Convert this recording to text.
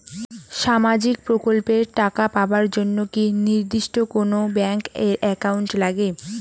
সামাজিক প্রকল্পের টাকা পাবার জন্যে কি নির্দিষ্ট কোনো ব্যাংক এর একাউন্ট লাগে?